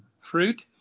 fruit